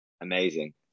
amazing